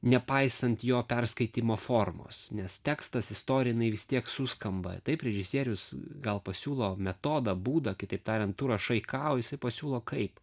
nepaisant jo perskaitymo formos nes tekstas istorija jinai vis tiek suskamba taip režisierius gal pasiūlo metodą būdą kitaip tariant tu rašai ką o jisai pasiūlo kaip